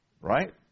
Right